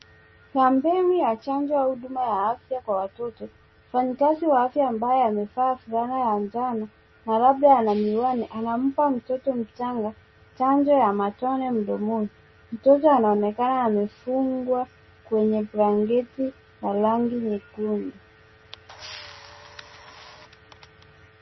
Kwa mbinu ya chanjoo au huduma ya afya kwa watoto mfanyikazi wa afya ambaye amevaa fulana ya njano na labda ana miwani anampa mtot mchanga chanjo ya matone mdomoni. Mtoto anaonekana amefungwa kwenye blanketi la rangi nyekundu.